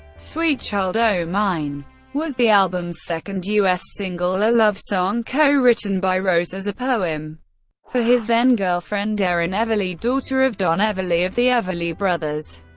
sweet child o' mine was the album's second u s. single, a love song co-written by rose as a poem for his then-girlfriend erin everly, daughter of don everly of the everly brothers.